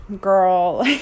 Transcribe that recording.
girl